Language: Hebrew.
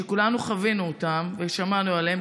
שכולנו חווינו אותם ושמענו עליהם,